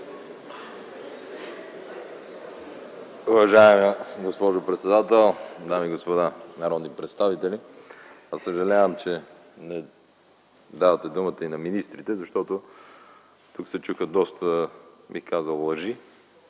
Уважаема госпожо председател, дами и господа народни представители! Съжалявам, че не давате думата и на министрите, защото тук се чуха доста, бих казал, лъжи